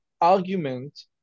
argument